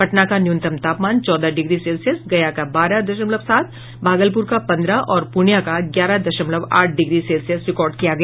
पटना का न्यूनतम तापमान चौदह डिग्री सेल्सियस गया का बारह दशमलव सात भागलपुर का पन्द्रह और पूर्णियां का ग्यारह दशमलव आठ डिग्री सेल्सियस रिकॉर्ड किया गया